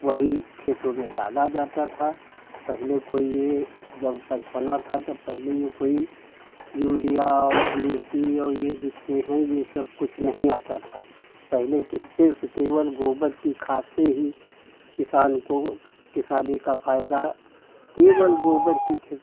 वही खेतों में डाला जाता था पहले कोई यह जब बचपना था तब पहले यह कोई यूरिया और डी ए पी और यह जितने हैं यह सबकुछ नहीं आता था पहले के सिर्फ केवल गोबर की खाद से ही किसान को किसानी का फ़ायदा केवल गोबर की